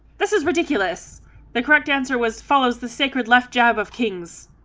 this is ridiculous the correct answer was follows the sacred left jab of kings,